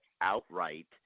outright